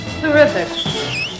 Terrific